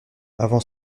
avant